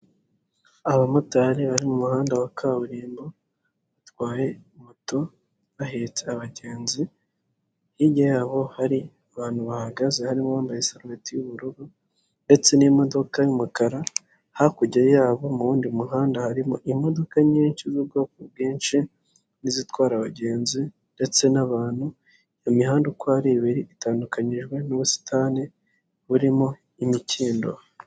Abamotari bari mu muhanda wa kaburimbo, batwaye moto, bahetse abagenzi, hirya yabo hari abantu bahagaze harimo uwambaye isarubeti y'ubururu ndetse n'imodoka y'umukara, hakurya yabo mu wundi muhanda harimo imodoka nyinshi z'ubwoko bwinshi n'izitwara abagenzi ndetse n'abantu, iyo mihanda uko ari ibiri itandukanyijwe n'ubusitani burimo imikindo.